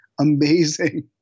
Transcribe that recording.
amazing